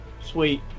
sweet